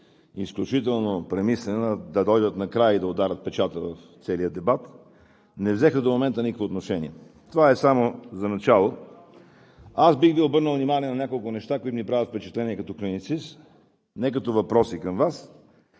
изключително премислена, да дойдат накрая и да ударят печата на целия дебат – не взеха до момента никакво отношение. Това е само за начало. Бих Ви обърнал внимание на няколко неща, които ми правят впечатление като клиницист, не като въпроси към Вас.